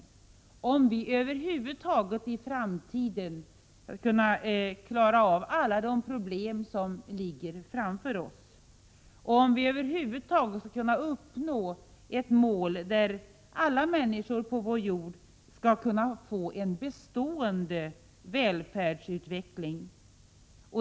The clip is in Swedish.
Detta är nödvändigt om vi över huvud taget skall kunna klara av alla de problem som ligger framför oss och om vi skall kunna uppnå målet att alla människor på vår jord skall kunna få en bestående välfärdsutveckling.